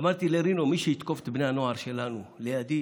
אמרתי לרינו: מי שיתקוף את בני הנוער שלנו לידי,